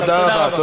תודה רבה.